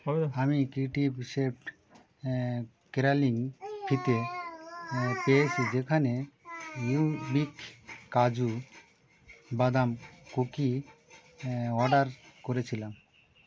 আমি ক্রিয়েটিভ শেফট কেরালিন ফিতে পেয়েছি যেখানে নিউবিক কাজু বাদাম কুকি অর্ডার করেছিলাম